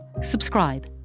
subscribe